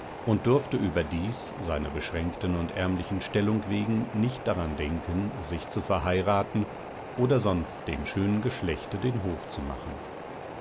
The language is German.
und durfte überdies seiner beschränkten und ärmlichen stellung wegen nicht daran denken sich zu verheiraten oder sonst dem schönen geschlechte den hof zu machen